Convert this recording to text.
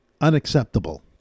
Unacceptable